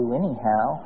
anyhow